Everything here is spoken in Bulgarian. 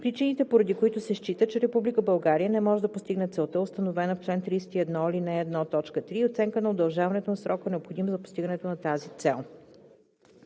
причините, поради които се счита, че Република България не може да постигне целта, установена в чл. 31, ал. 1, т. 3, и оценка на удължаването на срока, необходим за постигането на тази цел;